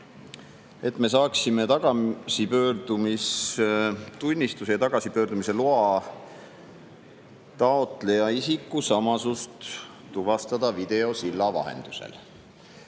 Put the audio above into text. tagasipöördumistunnistuse ja tagasipöördumise loa taotleja isikusamasust tuvastada videosilla vahendusel.